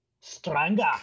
Stranger